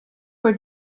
for